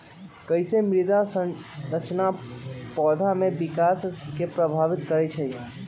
कईसे मृदा संरचना पौधा में विकास के प्रभावित करई छई?